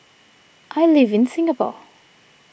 I live in Singapore